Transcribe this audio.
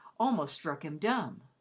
almost struck him dumb.